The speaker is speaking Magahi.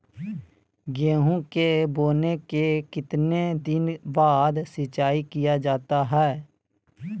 गेंहू के बोने के कितने दिन बाद सिंचाई किया जाता है?